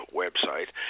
website